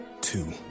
two